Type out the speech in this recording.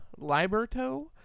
Liberto